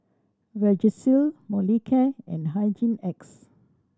Vagisil Molicare and Hygin X